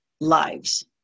lives